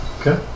Okay